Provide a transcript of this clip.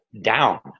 down